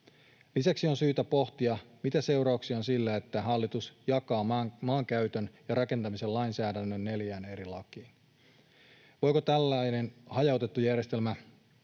Lisäksi on syytä pohtia, mitä seurauksia on sillä, että hallitus jakaa maankäytön ja rakentamisen lainsäädännön neljään eri lakiin. Voiko tällainen hajautettu järjestelmä toimia